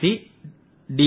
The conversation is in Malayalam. C D